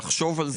נחשוב על זה.